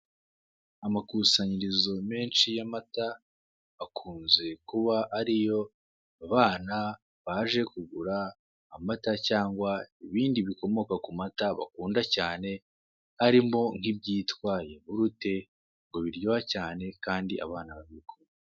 Amakusanyirizo menshi y'amata hakunze kuba hariyo abana baje kugura amata cyangwa ibindi bikomoka ku mata bakunda cyane harimo nk'ibyitwa yahurute ngo biryoha cyane kandi abana babikunda.